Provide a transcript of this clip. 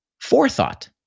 forethought